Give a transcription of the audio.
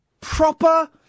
proper